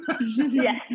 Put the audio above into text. Yes